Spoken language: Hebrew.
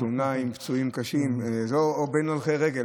כתאונה עם פצועים קשים או בין הולכי רגל.